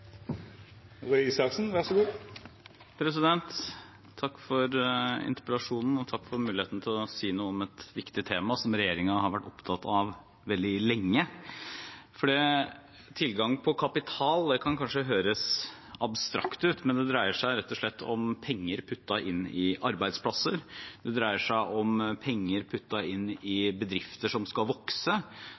Takk for interpellasjonen og for muligheten til å si noe om et viktig tema som regjeringen har vært opptatt av veldig lenge. Tilgang på kapital kan kanskje høres abstrakt ut, men det dreier seg rett og slett om penger puttet inn i arbeidsplasser, om penger puttet inn i bedrifter som skal vokse,